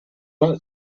been